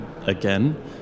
again